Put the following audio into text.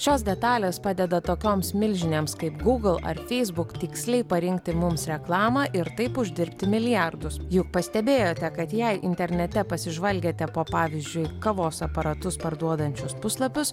šios detalės padeda tokioms milžinėms kaip google ar facebook tiksliai parinkti mums reklamą ir taip uždirbti milijardus juk pastebėjote kad jei internete pasižvalgėte po pavyzdžiui kavos aparatus parduodančios puslapius